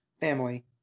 family